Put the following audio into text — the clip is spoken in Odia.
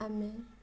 ଆମେ